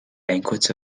banquets